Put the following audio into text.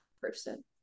person